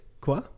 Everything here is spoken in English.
quoi